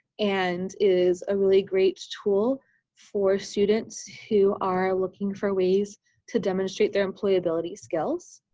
and is a really great tool for students who are looking for ways to demonstrate their employability skills.